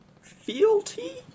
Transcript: fealty